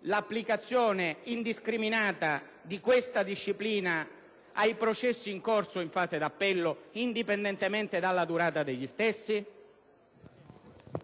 l'applicazione indiscriminata di questa disciplina ai processi in corso in fase di appello, indipendentemente dalla durata degli stessi?